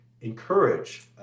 encourage